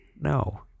No